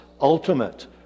ultimate